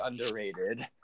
underrated